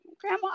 Grandma